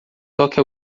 toque